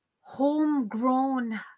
homegrown